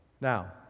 Now